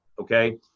okay